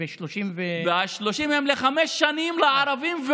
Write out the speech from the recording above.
ו-30 הם לחמש שנים לערבים,